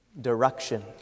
direction